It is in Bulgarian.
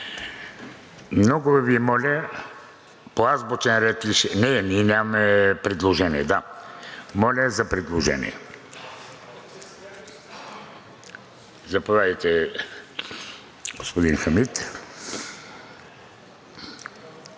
Много Ви моля, по азбучен ред ли ще… Не, ние нямаме предложения, да. Моля за предложения. Заповядайте, господин Хамид.